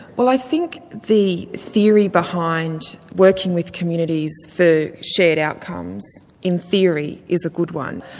well i think the theory behind working with communities for shared outcomes, in theory, is a good one.